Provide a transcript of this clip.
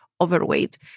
overweight